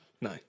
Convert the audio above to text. no